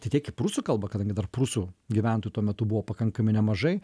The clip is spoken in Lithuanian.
tiek į prūsų kalbą kadangi dar prūsų gyventų tuo metu buvo pakankamai nemažai